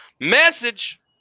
Message